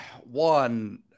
One